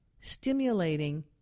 stimulating